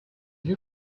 you